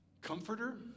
Comforter